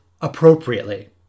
appropriately